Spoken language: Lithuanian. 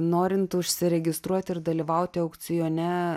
norint užsiregistruoti ir dalyvauti aukcione